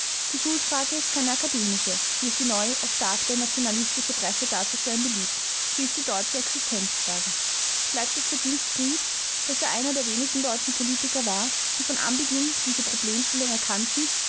die schuldfrage ist keine akademische wie es die neu erstarkende nationalistische presse darzustellen beliebt sie ist die deutsche existenzfrage es bleibt das verdienst frieds daß er einer der wenigen deutschen politiker war die von anbeginn diese problemstellung erkannten